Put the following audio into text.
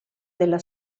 della